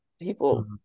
people